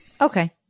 Okay